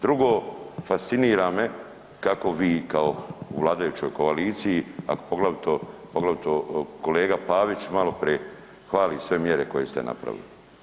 Drugo, fascinira me kako vi kao u vladajućoj koaliciji, ako poglavito, poglavito kolega Pavić maloprije hvali sve mjere koje ste napravili.